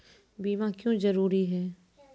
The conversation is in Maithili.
बीमा क्यों जरूरी हैं?